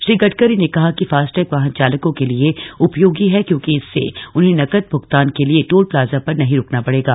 श्री गडकरी ने कहा कि फास्टैग वाहन चालकों के लिए उपयोगी है क्योंकि इससे उन्हें नकद भुगतान के लिए टोल प्लाजा पर नहीं रूकना पड़ेगा